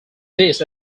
these